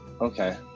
okay